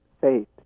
faith